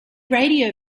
radio